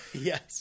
Yes